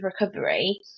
recovery